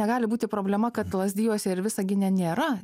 negali būti problema kad lazdijuose ir visagine nėra